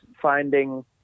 finding